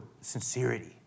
sincerity